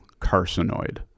carcinoid